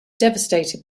devastated